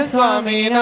Swami